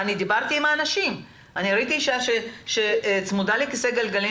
דיברתי עם האנשים ואישה הצמודה לכיסא גלגלים